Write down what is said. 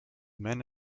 men